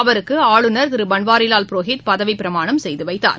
அவருக்கு ஆளுநர் திரு பன்வாரிலால் புரோஹித் பதவி பிரமாணம் செய்து வைத்தார்